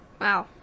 Wow